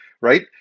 right